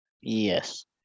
Yes